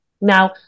Now